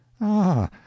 Ah